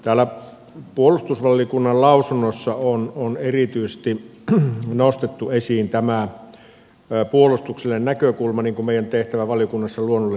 täällä puolustusvaliokunnan lausunnossa on erityisesti nostettu esiin tämä puolustuksellinen näkökulma niin kuin meidän tehtävämme valiokunnassa luonnollisesti on nostaa